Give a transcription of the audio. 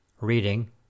Reading